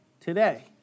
today